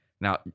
Now